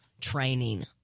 training